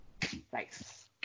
Thanks